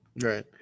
right